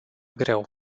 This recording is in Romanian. greu